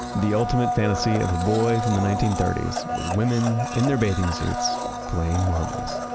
the ultimate fantasy of a boy from the nineteen thirty s was women in their bathing suits playing marbles